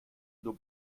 nur